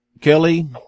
Kelly